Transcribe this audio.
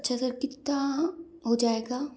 अच्छा सर कितना हो जाएगा